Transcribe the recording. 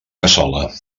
cassola